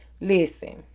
Listen